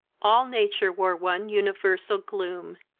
all nature wore one universal gloom,